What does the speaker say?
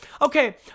Okay